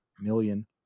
million